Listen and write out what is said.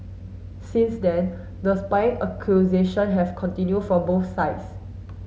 since then the spying accusation have continued from both sides